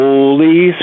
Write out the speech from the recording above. Holy